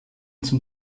zum